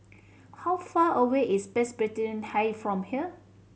how far away is Presbyterian High from here